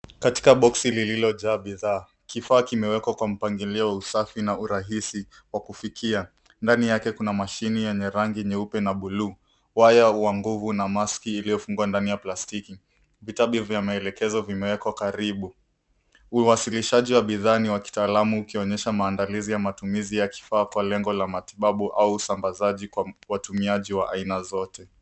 Katika boksi lililojaa bidhaa kifaa kimewekwa kwa mpangilio wa usafi na urahisi wa kufikia. Ndani yake kuna mashini yenye rangi nyeupe na buluu, waya wa nguvu na maski iliyofungwa ndani ya plastiki. Vitabu vya maelekezo vimewekwa karibu. Uwasilishaji wa bidhaa ni wa kitaalamu ukionyesha maandalizi ya matumizi ya kifaa kwa lengo la matibabu au usambazaji kwa watumiaji wa aina zote.